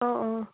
অঁ অঁ